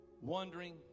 wondering